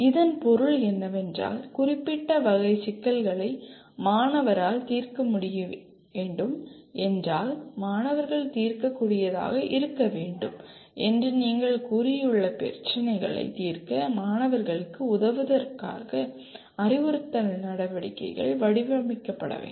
இதன் பொருள் என்னவென்றால் குறிப்பிட்ட வகை சிக்கல்களை மாணவரால் தீர்க்க முடிய வேண்டும் என்றால் மாணவர்கள் தீர்க்கக்கூடியதாக இருக்க வேண்டும் என்று நீங்கள் கூறியுள்ள பிரச்சினைகளைத் தீர்க்க மாணவர்களுக்கு உதவுவதற்காக அறிவுறுத்தல் நடவடிக்கைகள் வடிவமைக்கப்பட வேண்டும்